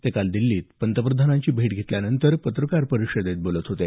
ते काल दिल्लीत पंतप्रधानांची भेट घेतल्यानंतर पत्रकार परिषदेत बोलत होते